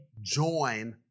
join